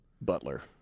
Butler